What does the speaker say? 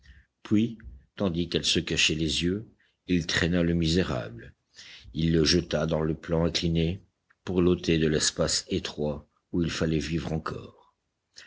puis tandis qu'elle se cachait les yeux il traîna le misérable il le jeta dans le plan incliné pour l'ôter de l'espace étroit où il fallait vivre encore